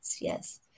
Yes